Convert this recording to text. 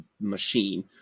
machine